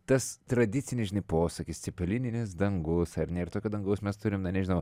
tas tradicinis žinai posakis cepelininis dangus ar ne ir tokio dangaus mes turim na nežinau